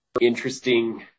interesting